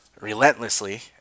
relentlessly